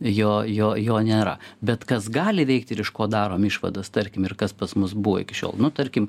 jo jo jo nėra bet kas gali veikt ir iš ko darom išvadas tarkim ir kas pas mus buvo iki šiol nu tarkim